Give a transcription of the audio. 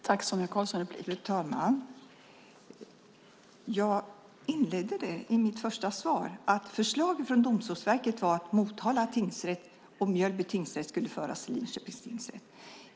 Fru talman! Jag inledde mitt första svar med att säga att förslaget från Domstolsverket var att Motala tingsrätt och Mjölby tingsrätt skulle föras till Linköpings tingsrätt.